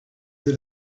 that